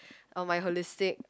on my holistic